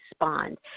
respond